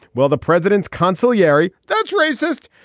well the president's conciliatory. that's racist.